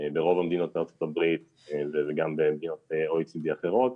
ברוב המדינות בארצות הברית ובמדינות OECD אחרות,